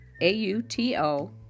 A-U-T-O